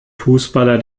fußballer